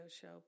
show